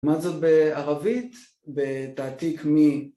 מה זאת בערבית בתעתיק מי?